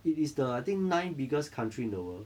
it is the I think ninth biggest country in the world